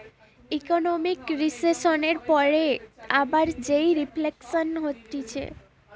economic রিসেসনের পরে আবার যেই রিফ্লেকশান হতিছে